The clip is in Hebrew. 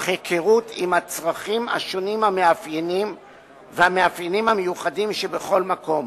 היכרות עם הצרכים השונים והמאפיינים המיוחדים שבכל מקום.